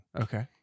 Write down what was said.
Okay